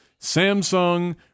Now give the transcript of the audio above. Samsung